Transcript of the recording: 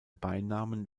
beinamen